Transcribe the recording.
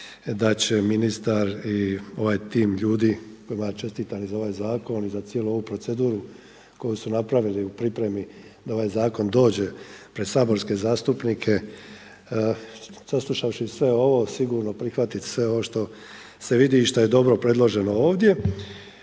da će ministar i ovaj tim ljudi kojima ja čestitam za ovaj zakon i za cijelu ovu proceduru koji su napravili u pripremi da ovaj zakon dođe pred saborske zastupnike, saslušavši sve ovo sigurno prihvatiti sve ovo što se vidi i što je dobro predloženo ovdje.